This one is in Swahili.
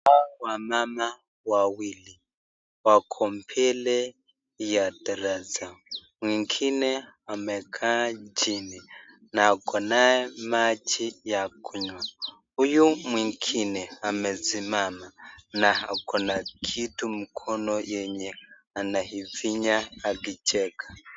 Hao wamama wawili, wako mbele ya darasa, mwingine amekaa chini na akonaye maji ya kunywa. Huyu mwingine amesimama na akona kitu mkono yenye anaifinya akicheka.